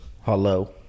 Hello